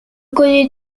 connais